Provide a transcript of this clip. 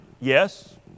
Yes